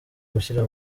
gushyira